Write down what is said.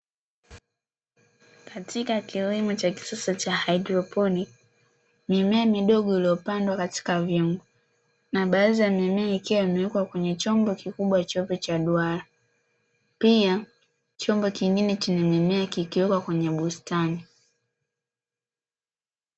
Katika kilimo cha kisasa cha haidroponi mimea midogo iliyopandwa katika vyungu, na baadhi ya mimea ikiwa imewekwa kwenye chombo kikubwa cheupe cha duara, pia chombo kingine kina mimea kikiwekwa kwenye bustani.